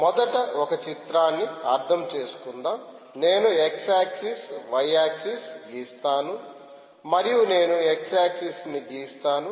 మొదట ఒక చిత్రాన్ని అర్థం చేసుకుందాం నేను x ఆక్సిస్ y ఆక్సిస్ గీస్తాను మరియు నేను x ఆక్సిస్ న్ని గీస్తాను